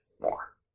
more